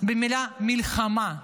במילה "מלחמה"